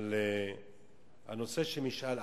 על הנושא של משאל עם,